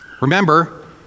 remember